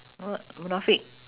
what munafik